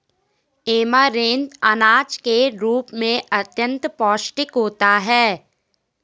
amaranth अनाज के रूप में अत्यंत पौष्टिक होता है